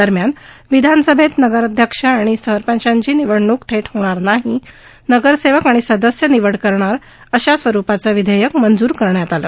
दरम्यान विधानसभेत नगरअध्यक्ष आणि संरपचांची निवडणुक थेट होणार नाही नगरसेवक आणि सदस्य निवड करणार अशा स्वरुपाचं विधेयक मंजूर करण्यात आलं